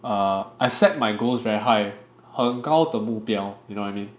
err I set my goals very high 很高的目标 you know what I mean